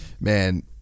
man